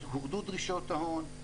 אז הורדו דרישות ההון.